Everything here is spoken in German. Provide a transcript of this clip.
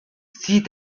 sie